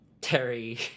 Terry